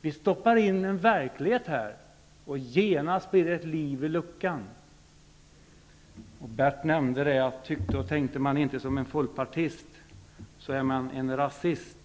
Vi stoppar in en verklighet här, och genast blir det liv i luckan. Bert Karlsson nämnde att om man inte tycker och tänker som en folkpartist är man en rasist.